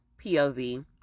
POV